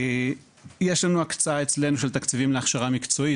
יש לנו הקצאה אצלנו של תקציבים להכשרה מקצועית,